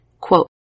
quote